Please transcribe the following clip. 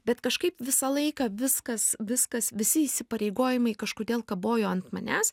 bet kažkaip visą laiką viskas viskas visi įsipareigojimai kažkodėl kabojo ant manęs